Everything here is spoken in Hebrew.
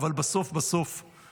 לא שאנחנו לא מתגייסים,